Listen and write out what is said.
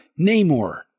Namor